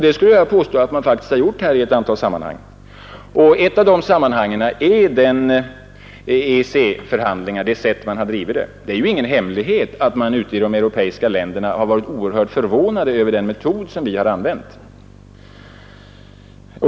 Det skulle jag vilja påstå att man faktiskt har gjort. Ett av dessa exempel är det sätt på vilket man har drivit EEC-förhandlingarna. Det är ju ingen hemlighet att man ute i de europeiska länderna har varit oerhört förvånad över den metod vi har använt.